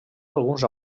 alguns